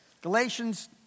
Galatians